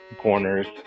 corners